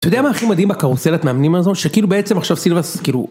אתה יודע מה הכי מדהים בקרוסלת מאמנים הזו שכאילו בעצם עכשיו סילבס כאילו.